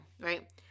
Right